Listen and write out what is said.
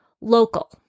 local